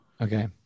Okay